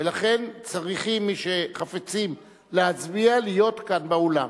ולכן מי שחפצים להצביע צריכים להיות כאן באולם.